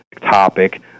topic